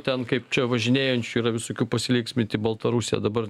ten kaip čia važinėjančių yra visokių pasilinksmint į baltarusiją dabar